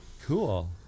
Cool